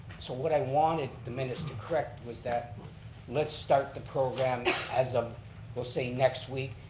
so what i wanted the minutes to correct was that let's start the program as of we'll say next week,